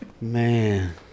Man